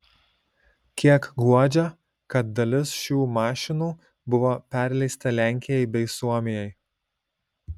kiek guodžia kad dalis šių mašinų buvo perleista lenkijai bei suomijai